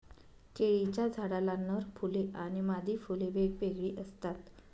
केळीच्या झाडाला नर फुले आणि मादी फुले वेगवेगळी असतात